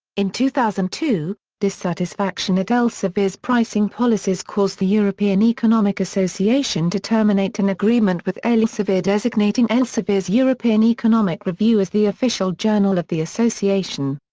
in two thousand and two, dissatisfaction at elsevier's pricing policies caused the european economic association to terminate an agreement with elsevier designating elsevier's european economic review as the official journal of the association.